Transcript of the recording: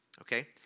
okay